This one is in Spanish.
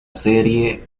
serie